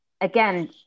Again